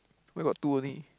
where got two only